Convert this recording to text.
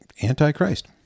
anti-Christ